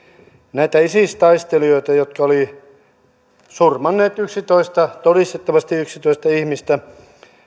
näitä isis taistelijoita jotka olivat surmanneet todistettavasti yksitoista ihmistä